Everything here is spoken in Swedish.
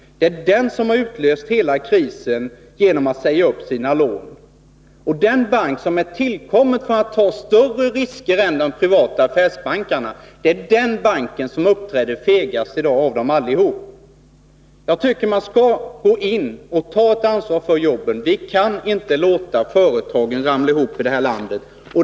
Det är den som har utlöst hela krisen genom att säga upp sina lån — den bank som har tillkommit för att ta större risker än de privata affärsbankerna uppträder fegast i dag av dem allihop. Jag tycker att man bör gå in och ta ett ansvar för jobben. Vi kan inte låta företagen ramla ihop i det här landet.